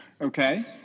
Okay